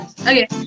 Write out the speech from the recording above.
okay